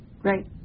Great